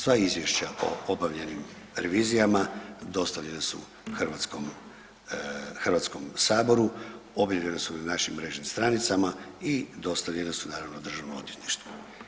Sva izvješća o obavljenim revizijama dostavljene su hrvatskom, HS, objavljene su i na našim mrežnim stranicama i dostavljene su naravno državnom odvjetništvu.